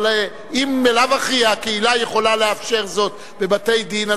אבל אם בלאו הכי הקהילה יכולה לאפשר זאת בבתי-דין,